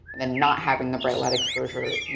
then not having the bright light exposure, you